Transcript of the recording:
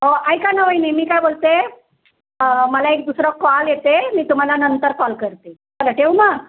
अहो ऐका ना वहिनी मी काय बोलते मला एक दुसरा कॉल येत आहे मी तुम्हाला नंतर कॉल करते चला ठेवू मग